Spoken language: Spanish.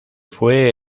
fue